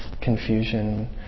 confusion